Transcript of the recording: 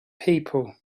people